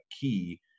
key